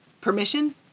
permission